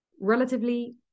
relatively